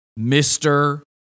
Mr